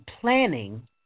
planning